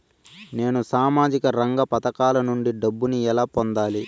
నేను సామాజిక రంగ పథకాల నుండి డబ్బుని ఎలా పొందాలి?